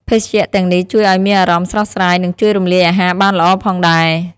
ភេសជ្ជៈទាំងនេះជួយឱ្យមានអារម្មណ៍ស្រស់ស្រាយ និងជួយរំលាយអាហារបានល្អផងដែរ ។